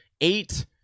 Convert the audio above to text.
eight